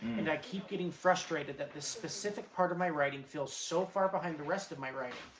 and i keep getting frustrated that this specific part of my writing feels so far behind the rest of my writing.